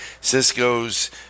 Cisco's